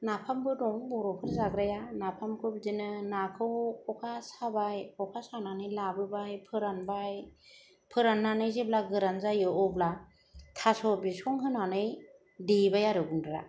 नाफामबो दं बर'फोर जाग्राया नाफामखौ बिदिनो नाखौ अखा साबाय अखा सानानै लाबोबाय फोरानबाय फोराननानै जेब्ला गोरान जायो अब्ला थास' बिसं होनानै देबाय आरो गुन्द्रा